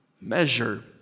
measure